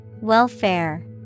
Welfare